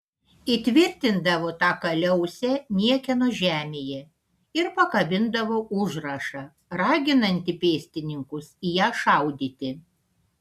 įtvirtindavo tą kaliausę niekieno žemėje ir pakabindavo užrašą raginantį pėstininkus į ją šaudyti